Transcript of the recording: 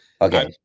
Okay